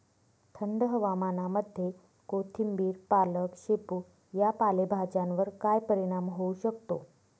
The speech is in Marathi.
थंड हवामानामध्ये कोथिंबिर, पालक, शेपू या पालेभाज्यांवर काय परिणाम होऊ शकतो?